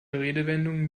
redewendungen